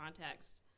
context